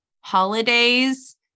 holidays